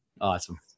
awesome